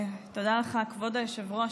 תודה לך, כבוד היושב-ראש.